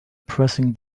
pressing